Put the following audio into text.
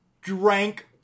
drank